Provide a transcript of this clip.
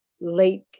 late